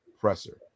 presser